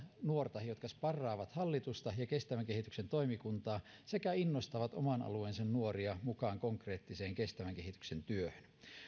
nuorta jotka sparraavat hallitusta ja kestävän kehityksen toimikuntaa sekä innostavat oman alueensa nuoria mukaan konkreettiseen kestävän kehityksen työhön